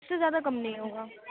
اس سے زیادہ کم نہیں ہوگا